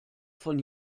von